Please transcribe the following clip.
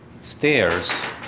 stairs